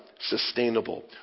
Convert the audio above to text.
sustainable